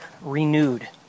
renewed